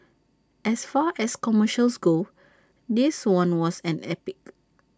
as far as commercials go this one was an epic